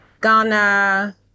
Ghana